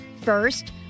First